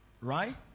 Right